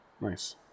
Nice